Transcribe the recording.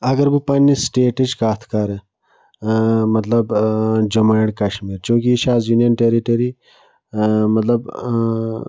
اگر بہٕ پَنٛنہِ سِٹیٹٕچ کتھ کَرٕ مطلب جموں اینٛڈ کشمیٖر چوٗنٛکہِ یہِ چھِ آز یوٗنِیَن ٹٮ۪رِٹٔری مطلب